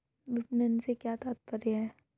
विपणन से क्या तात्पर्य है?